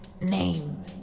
name